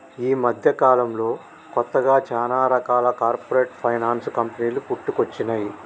యీ మద్దెకాలంలో కొత్తగా చానా రకాల కార్పొరేట్ ఫైనాన్స్ కంపెనీలు పుట్టుకొచ్చినై